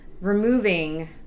removing